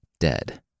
dead